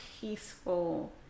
peaceful